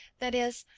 that is,